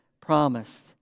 promised